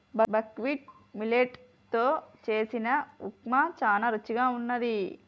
buckwheat millet తో చేసిన ఉప్మా చానా రుచిగా వున్నది